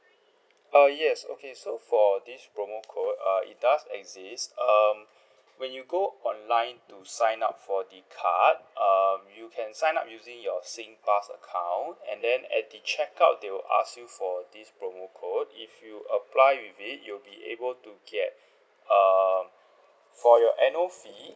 uh yes okay so for this promo code uh it does exist um when you go online to sign up for the card um you can sign up using your singpass account and then at the check out they will ask you for this promo code if you apply with it you'll be able to get uh for your annual fee